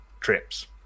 trips